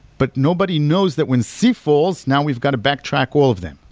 but nobody knows that when c falls, now we've got to backtrack all of them